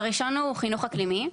הראשון הוא חינוך אקלימי.